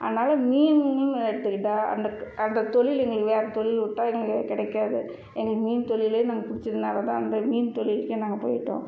அதனால மீன் எடுத்துக்கிட்டால் அந்த அந்த தொழில் எங்களுக்கு வேறு தொழில் விட்டா எங்களுக்கு கிடைக்காது எங்களுக்கு மீன் தொழிலே நாங்கள் பிடிச்சதுனாலதான் அந்த மீன் தொழிலுக்கே நாங்கள் போய்ட்டோம்